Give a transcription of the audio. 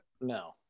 No